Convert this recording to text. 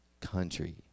country